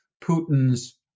Putin's